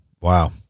Wow